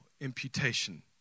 imputation